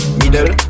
middle